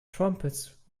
trumpets